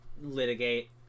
litigate